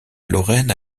lorraine